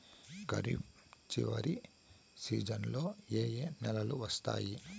ఖరీఫ్ చివరి సీజన్లలో ఏ ఏ నెలలు వస్తాయి